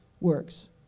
works